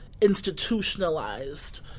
institutionalized